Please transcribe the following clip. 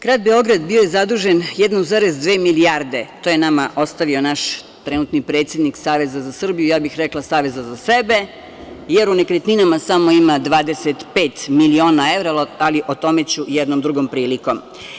Grad Beograd bio je zadužen 1,2 milijarde, to je nama ostavio naš trenutni predsednik Saveza za Srbiju, ja bih rekla saveza za sebe, jer u nekretninama samo ima 25 miliona evra, ali o tome ću jednom drugom prilikom.